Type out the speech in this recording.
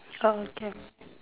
twelve ah twelve